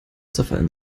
zerfallen